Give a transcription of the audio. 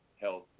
health